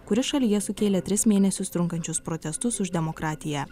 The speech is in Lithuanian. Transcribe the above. kuri šalyje sukėlė tris mėnesius trunkančius protestus už demokratiją